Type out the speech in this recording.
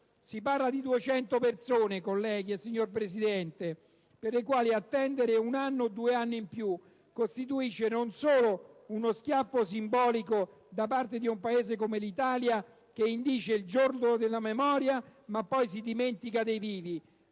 Si parla di 200 persone, per le quali attendere un anno o due in più costituisce non solo uno schiaffo simbolico da parte di un Paese come l'Italia che indice il Giorno della memoria ma poi si dimentica dei vivi;